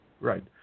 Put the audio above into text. Right